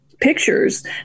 pictures